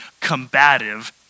combative